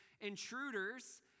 intruders